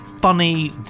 funny